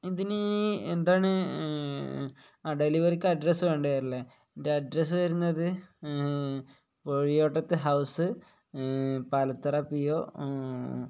ഇതിന് എന്താണ് ആ ഡെലിവറിക്ക് അഡ്രസ്സ് വേണ്ടി വരില്ലേ എൻ്റെ അഡ്രസ്സ് വരുന്നത് പുഴിയോട്ടത്ത് ഹൗസ് പാലത്തറ പി യോ